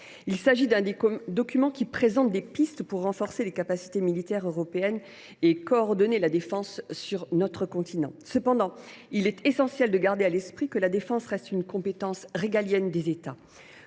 la défense. Ce document présente des pistes pour renforcer les capacités militaires européennes et coordonner la défense sur notre continent. Cependant, il est essentiel de garder à l’esprit que la défense reste une compétence régalienne des États.